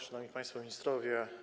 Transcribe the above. Szanowni Państwo Ministrowie!